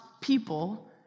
people